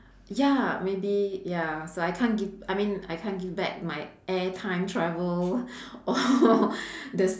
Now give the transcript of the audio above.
ya maybe ya so I can't giv~ I mean I can't give back my air time travel or the